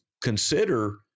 consider